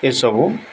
ଏସବୁ